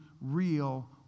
real